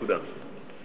תודה.